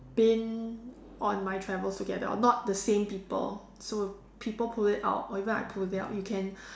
been on my travels together or not the same people so people pull it out or even I pull it out you can